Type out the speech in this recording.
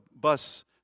bus